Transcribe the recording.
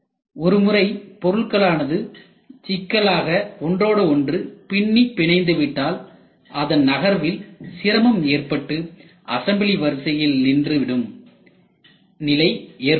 ஒருமுறை பொருட்களானது சிக்கலாக ஒன்றோடு ஒன்று பின்னிப் பிணைந்து விட்டால் அதன் நகர்வில் சிரமம் ஏற்பட்டு அசம்பிளி வரிசையில் நின்று விடும் நிலை ஏற்படுகிறது